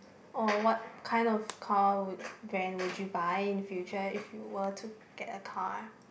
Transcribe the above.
or what kind of car would brand would you buy in future if you were to get a car